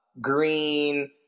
Green